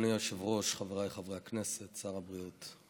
אדוני היושב-ראש, חבריי חברי הכנסת, שר הבריאות,